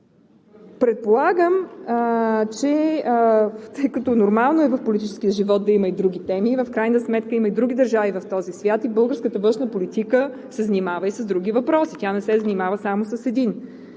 Предполагам, че – тъй като нормално е в политическия живот да има и други теми. В крайна сметка има и други държави в този свят и българската външна политика се занимава и с други въпроси. Тя не се занимава само с един.